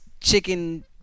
chicken